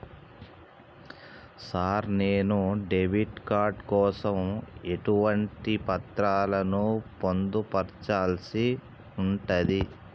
Sir నేను debit card కోసం ఎటువంటి పత్రాలను పొందుపర్చాల్సి ఉంటది?